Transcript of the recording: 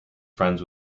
friends